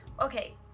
Okay